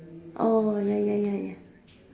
oh ya ya ya ya